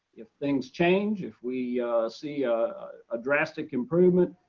if things change, if we see a drastic improvement,